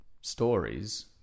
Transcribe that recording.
stories